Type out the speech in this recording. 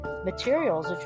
materials